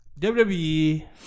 WWE